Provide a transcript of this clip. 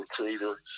recruiter